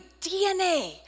DNA